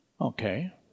okay